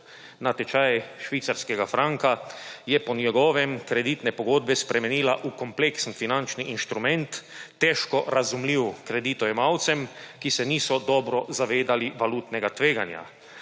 na tečaj švicarskega franka je po njegovem kreditne pogodbe spremenila v kompleksen finančni instrument, težko razumljiv kreditojemalcem, ki se niso dobro zavedali valutnega tveganja.